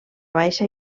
baixa